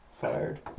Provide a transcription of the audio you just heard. fired